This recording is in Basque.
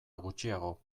gutxiago